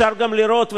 אפשר גם לראות,